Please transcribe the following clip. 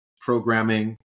programming